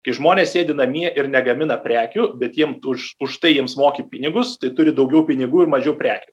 kai žmonės sėdi namie ir negamina prekių bet jiem už už tai jiems moki pinigus tai turi daugiau pinigų ir mažiau prekių